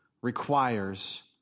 requires